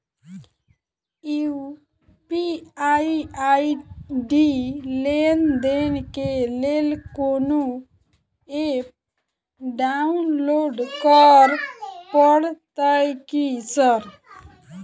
UPI ID लेनदेन केँ लेल कोनो ऐप डाउनलोड करऽ पड़तय की सर?